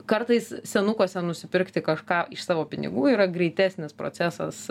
kartais senukuose nusipirkti kažką iš savo pinigų yra greitesnis procesas